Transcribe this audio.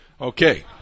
Okay